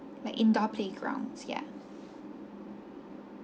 like indoor playgrounds yeah